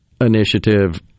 initiative